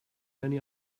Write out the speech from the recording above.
many